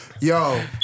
Yo